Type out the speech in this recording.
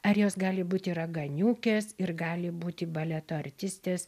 ar jos gali būti raganiukės ir gali būti baleto artistės